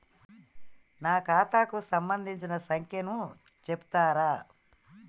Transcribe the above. నా ఖాతా కు సంబంధించిన సంఖ్య ను చెప్తరా?